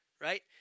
right